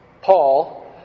Paul